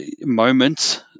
moments